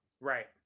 Right